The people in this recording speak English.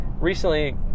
Recently